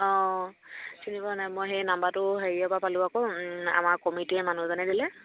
অঁ চিনি পোৱা নাই মই সেই নাম্বাৰটো হেৰিয়ৰপৰা পালোঁ আকৌ আমাৰ কমিটিয়ে মানুহজনে দিলে